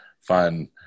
fun